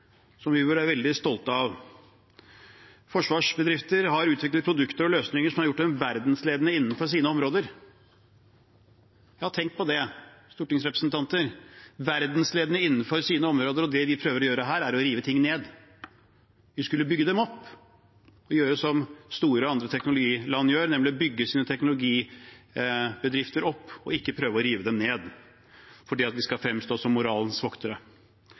som vi burde være veldig stolte av. Forsvarsbedrifter har utviklet produkter og løsninger som har gjort dem verdensledende innenfor sine områder. Tenk på det, stortingsrepresentanter: verdensledende innenfor sine områder! Og det vi prøver å gjøre her, er å rive ting ned. Vi skulle bygget dem opp – gjort som andre store teknologiland gjør, nemlig bygge sine teknologibedrifter opp – ikke prøve å rive dem ned fordi vi skal fremstå som moralens voktere.